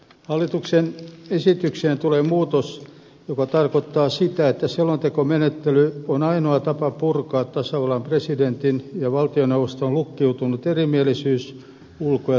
hallituksen esitykseen tulee muutos joka tarkoittaa sitä että selontekomenettely on ainoa tapa purkaa tasavallan presidentin ja valtioneuvoston lukkiutunut erimielisyys ulko ja turvallisuuspolitiikassa